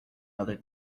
another